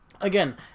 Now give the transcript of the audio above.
Again